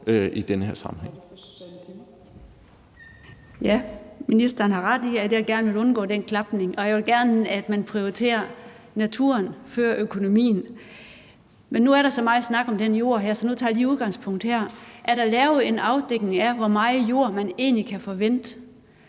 i den her sammenhæng.